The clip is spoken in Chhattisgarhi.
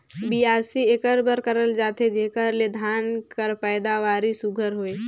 बियासी एकर बर करल जाथे जेकर ले धान कर पएदावारी सुग्घर होए